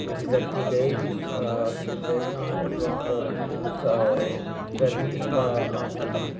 ਅਸੀਂ ਜਦਕਿ ਗਏ ਵੀ ਅਸੀਂ ਜਦ ਗਏ ਸਾਂ ਉਸ ਵਕਤ ਸ ਗਰਮੀ ਦਾ ਮੌਸਮ ਸੀ